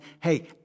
hey